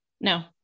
No